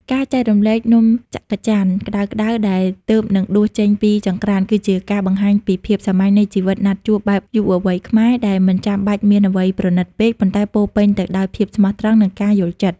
ការចែករំលែកនំច័ក្កច័នក្ដៅៗដែលទើបតែដួសចេញពីចង្ក្រាន គឺជាការបង្ហាញពីភាពសាមញ្ញនៃជីវិតណាត់ជួបបែបយុវវ័យខ្មែរ ដែលមិនចាំបាច់មានអ្វីប្រណីតពេក ប៉ុន្តែពោរពេញទៅដោយភាពស្មោះត្រង់ និងការយល់ចិត្ត។